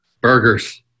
Burgers